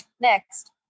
Next